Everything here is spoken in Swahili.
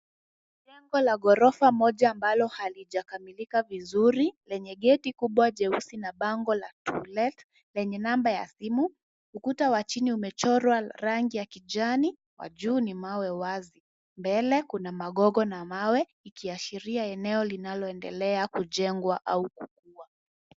Jengo la ghorofa moja ambalo halijakamilika vizuri lenye gate kubwa jeusi na bango la, to let, lenye namba ya simu. Ukuta wa chini umechorwa rangi ya kijani, wa juu ni mawe wazi. Mbele kuna magogo na mawe ikiashiria eneo linaloendelea kujengwa au kukua.